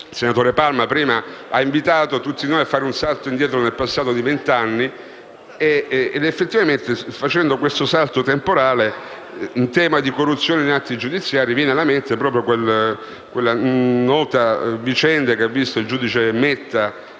il senatore Palma prima ha invitato tutti noi a fare un salto indietro nel passato di vent'anni ed effettivamente, facendo questo salto temporale in tema di corruzione in atti giudiziari, viene alla mente proprio la nota vicenda che ha visto il giudice Metta